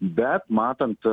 bet matant